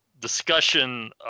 discussion